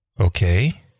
Okay